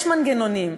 יש מנגנונים.